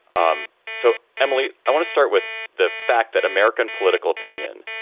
um so, emily, i want to start with the fact that american political opinion,